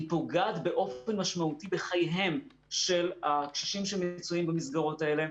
היא פוגעת באופן משמעותי בחייהם של הקשישים שנמצאים במסגרות האלה.